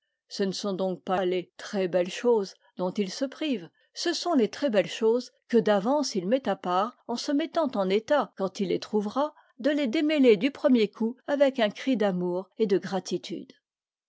ce ne sont donc pas les très belles choses dont il se prive ce sont les très belles choses que d'avance il met à part en se mettant en état quand il les trouvera de les démêler du premier coup avec un cri d'amour et de gratitude